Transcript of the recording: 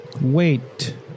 Wait